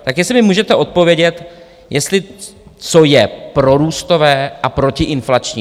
Tak jestli mi můžete odpovědět, co je prorůstové a protiinflační.